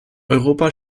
europa